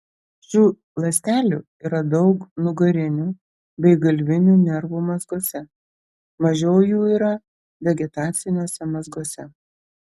šių ląstelių yra daug nugarinių bei galvinių nervų mazguose mažiau jų yra vegetaciniuose mazguose